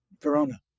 Verona